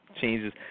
changes